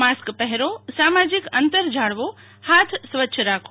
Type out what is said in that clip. mask પહેરો સાજીક અંતર જાળવો હાથ સ્વચ્છ રાખો